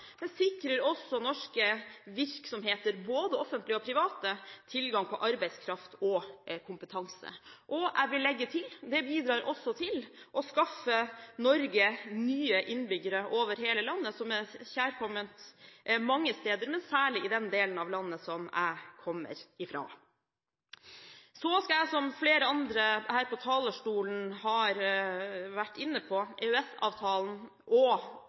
sikrer også norske virksomheter, både offentlige og private, tilgang på arbeidskraft og kompetanse – og jeg vil legge til: Det bidrar også til å skaffe Norge nye innbyggere over hele landet, noe som er kjærkomment mange steder, men særlig i den delen av landet som jeg kommer fra. Som flere andre her på talerstolen har vært inne på: EØS-avtalen og